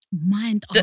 Mind